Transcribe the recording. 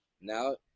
now